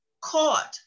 caught